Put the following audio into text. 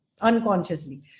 unconsciously